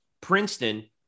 Princeton